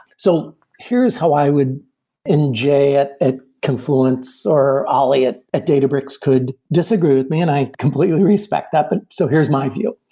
so here's how i would and jay at at confluent, or ali at at databricks could disagree with me, and i completely respect that. but so here's my view.